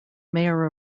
mayor